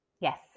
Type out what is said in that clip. Yes